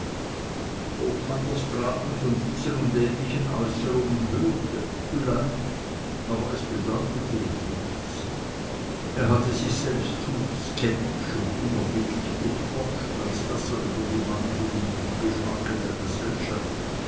von diesen und ähnlichen äußerungen hörte vielleicht aber es bedeutete ihm nichts er hatte sich selbst zu skeptisch und unerbittlich durchforscht als daß er über die wandlungen in dem geschmacke der gesellschaft